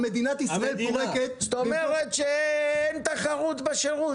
זאת אומרת שאין תחרות בשירות.